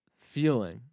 feeling